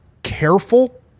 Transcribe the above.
careful